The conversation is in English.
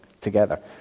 together